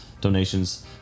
donations